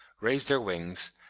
raise their wings,